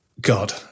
God